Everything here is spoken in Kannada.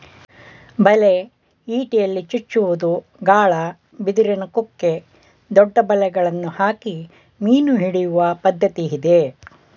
ಬಲೆ, ಇಟಿಯಲ್ಲಿ ಚುಚ್ಚುವುದು, ಗಾಳ, ಬಿದಿರಿನ ಕುಕ್ಕೆ, ದೊಡ್ಡ ಬಲೆಗಳನ್ನು ಹಾಕಿ ಮೀನು ಹಿಡಿಯುವ ಪದ್ಧತಿ ಇದೆ